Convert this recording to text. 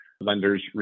lenders